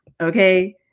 okay